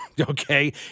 Okay